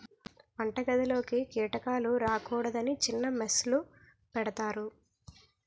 వంటగదిలోకి కీటకాలు రాకూడదని చిన్న మెష్ లు పెడతారు